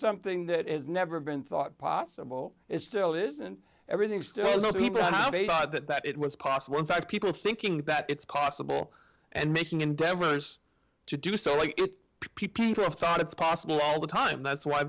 something that is never been thought possible it still isn't everything still most people but that it was possible in fact people are thinking that it's possible and making endeavors to do so like people have thought it's possible all the time that's why